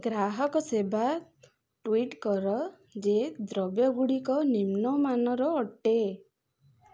ଗ୍ରାହକ ସେବା ଟୁଇଟ୍ କର ଯେ ଦ୍ରବ୍ୟଗୁଡ଼ିକ ନିମ୍ନ ମାନର ଅଟେ